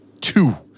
two